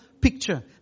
picture